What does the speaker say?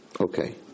Okay